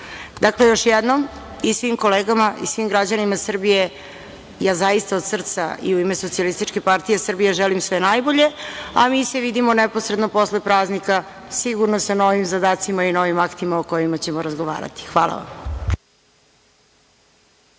još jednom, svim kolegama i svim građanima Srbije ja zaista od srca i u ime Socijalističke partije Srbije želim sve najbolje, a mi se vidimo neposredno posle praznika sigurno sa novim zadacima i novim aktima o kojima ćemo razgovarati. Hvala vam.